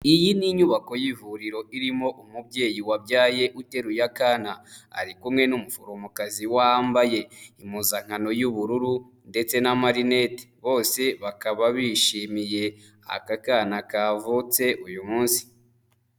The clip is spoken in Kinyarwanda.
Iyi ni inyubako y'ivuriro irimo umubyeyi wabyaye uteruye akana, ari kumwe n'umuforomokazi wambaye impuzankano y'ubururu ndetse na marinete, bose bakaba bishimiye aka kana kavutse uyu munsi.